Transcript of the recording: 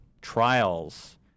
trials